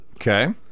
Okay